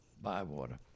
Bywater